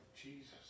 Jesus